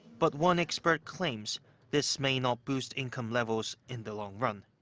but one expert claims this may not boost income levels in the long run.